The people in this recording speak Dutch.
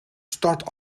start